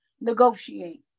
negotiate